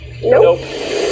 Nope